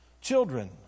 Children